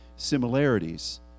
similarities